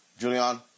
Julian